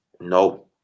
No